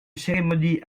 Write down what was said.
cérémonie